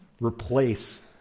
replace